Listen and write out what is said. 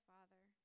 Father